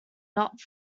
not